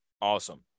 awesome